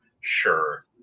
Sure